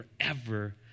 forever